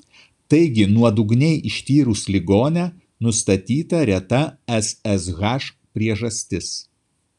taigi nuodugniai ištyrus ligonę nustatyta reta ssh priežastis